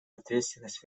ответственность